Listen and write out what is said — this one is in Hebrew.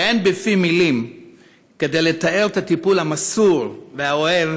ואין בפי מילים לתאר את הטיפול המסור והאוהב